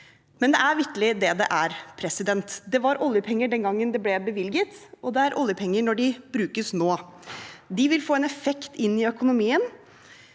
men det er vitterlig det det er. Det var oljepenger den gangen det ble bevilget, og det er oljepenger når de brukes nå. De vil få en effekt inn i økonomien.